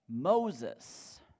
Moses